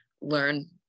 learn